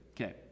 Okay